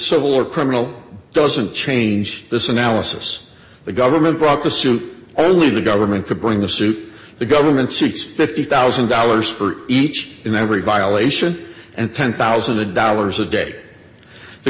civil or criminal doesn't change this analysis the government brought the suit only the government could bring the suit the government sits fifty thousand dollars for each and every violation and ten thousand dollars a d